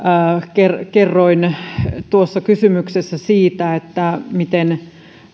kerroin tuossa kysymyksessä siitä miten